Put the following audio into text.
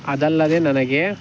ಅದಲ್ಲದೆ ನನಗೆ